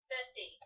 Fifty